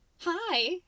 hi